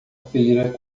feira